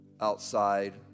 outside